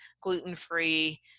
gluten-free